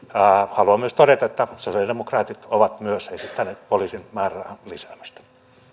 haluan todeta että sosialidemokraatit ovat myös esittäneet poliisin määrärahan lisäämistä